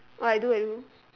oh I do I do